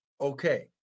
Okay